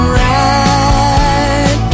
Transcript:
right